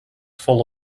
full